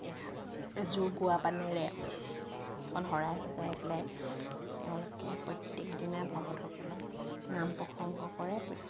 এযোৰ গুৱা পানেৰে এখন শৰাই সজাই পেলাই তেওঁলোকে প্ৰত্যেকদিনাই ভকতসকলে নাম প্ৰসংগ কৰে প্ৰত্যেক